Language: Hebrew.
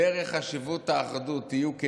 דרך חשיבות האחדות, יהיו כנות,